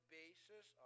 basis